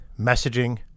messaging